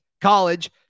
college